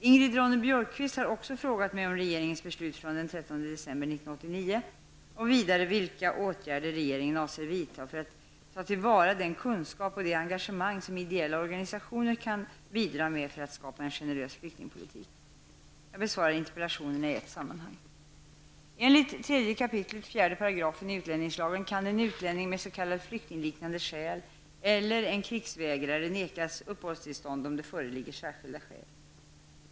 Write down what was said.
Ingrid Ronne-Björkqvist har också frågat mig om regeringens beslut från den 13 december 1989 och vidare vilka åtgärder regeringen avser vidta för att ta till vara den kunskap och det engagemang, som ideella organisationer kan bidra med för att skapa en generös flyktingpolitik. Jag besvarar interpellationerna i ett sammanhang. Enligt 3 kap. 4 § utlänningslagen kan en utlänning med s.k. flyktingliknande skäl eller en krigsvägrare nekas uppehållstillstånd, om det föreligger särskilda skäl.